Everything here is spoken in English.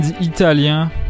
italien